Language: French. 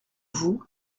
vous